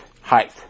height